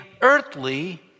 earthly